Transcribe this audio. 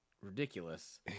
ridiculous